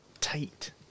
tight